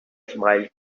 smiled